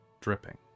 dripping